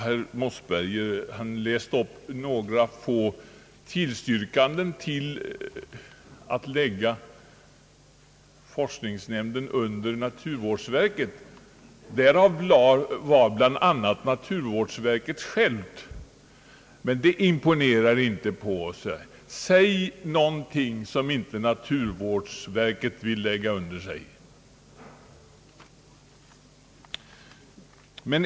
Herr Mossberger läste upp några få tillstyrkanden till att lägga forskningsnämnden under naturvårdsverket, däribland ett från naturvårdsverket självt, men det imponerar inte. Säg någonting som naturvårdsverket inte vill lägga under sig!